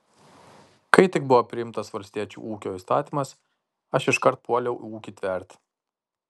kai tik buvo priimtas valstiečių ūkio įstatymas aš iškart puoliau ūkį tverti